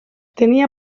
tenia